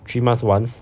three months once